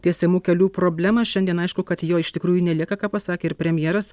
tiesiamų kelių problemą šiandien aišku kad jo iš tikrųjų nelieka ką pasakė ir premjeras